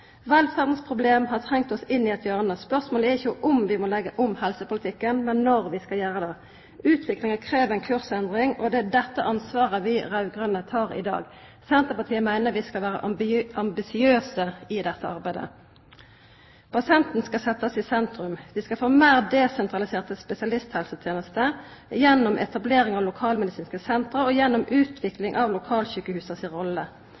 problem» har trengt oss inn i eit hjørne. Spørsmålet er ikkje om vi må leggja om helsepolitikken, men når vi skal gjera det. Utviklinga krev ei kursendring, og det er dette ansvaret vi raud-grøne tek i dag. Senterpartiet meiner at vi skal vera ambisiøse i dette arbeidet. Pasienten skal setjast i sentrum. Vi skal få meir desentraliserte spesialisthelsetenester gjennom etablering av lokalmedisinske senter og gjennom utvikling av lokalsjukehusa si rolle.